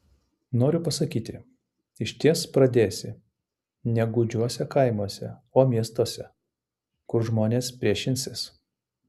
noriu pasakyti išties pradėsi ne gūdžiuose kaimuose o miestuose kur žmonės priešinsis